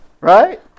Right